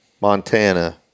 Montana